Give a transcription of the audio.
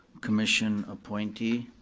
commission appointee.